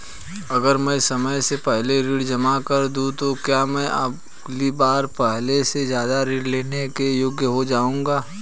अगर मैं समय से पहले ऋण जमा कर दूं तो क्या मैं अगली बार पहले से ज़्यादा ऋण लेने के योग्य हो जाऊँगा?